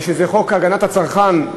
שזה חוק הגנת הצרכן,